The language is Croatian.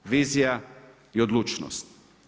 Vizija i odlučnost.